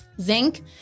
zinc